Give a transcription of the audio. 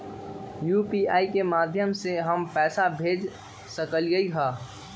UPI के माध्यम से हम पैसा भेज सकलियै ह?